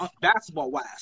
basketball-wise